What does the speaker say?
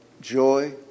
joy